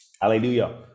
Hallelujah